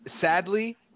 sadly